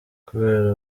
kubera